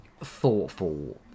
thoughtful